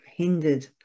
hindered